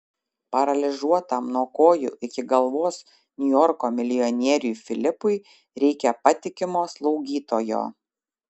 paralyžiuotam nuo kojų iki galvos niujorko milijonieriui filipui reikia patikimo slaugytojo